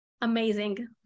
Amazing